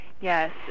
Yes